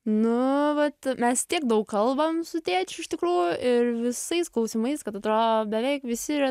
nu vat mes tiek daug kalbam su tėčiu iš tikrųjų ir visais klausimais kad atrodo beveik visi yra